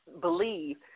believe